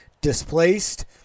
displaced